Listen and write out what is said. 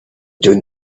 doing